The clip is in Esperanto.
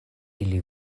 ili